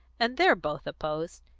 and they're both opposed.